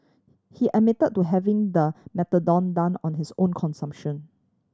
he admitted to having the on his own consumption